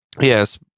Yes